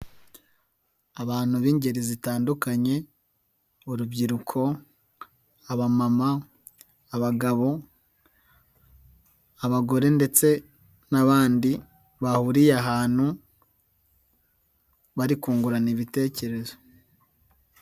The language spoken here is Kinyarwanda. Abantu b'ingeri zitandukanye: urubyiruko, abamama, abagabo, abagore ndetse n'abandi, bahuriye ahantu bari kungurana ibitekerezo.